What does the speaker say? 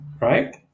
right